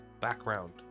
background